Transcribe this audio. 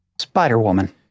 Spider-Woman